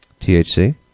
THC